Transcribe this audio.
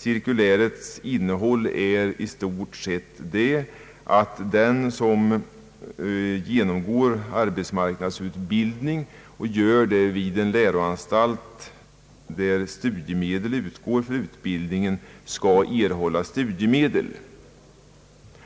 Cirkulärets innehåll är i stort sett, att den som genomgår arbetsmarknadsutbildning och gör det vid en läroanstalt där studiemedel utgår för utbildning skall erhålla studiemedel.